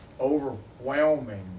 overwhelming